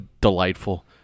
delightful